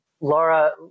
Laura